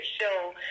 show